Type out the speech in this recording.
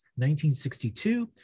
1962